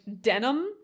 denim